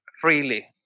freely